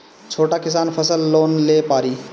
छोटा किसान फसल लोन ले पारी?